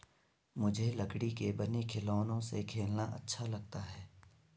मुझे लकड़ी के बने खिलौनों से खेलना अच्छा लगता है